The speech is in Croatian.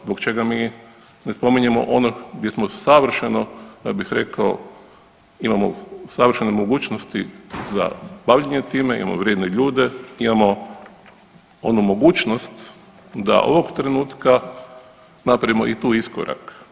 Zbog čega mi ne spominjemo ono gdje smo savršeno, ja bih rekao, imamo savršene mogućnosti za bavljenje time, imamo vrijedne ljude, imamo onu mogućnost da ovog trenutka napravimo i tu iskorak.